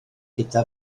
gyda